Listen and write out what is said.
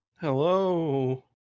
Hello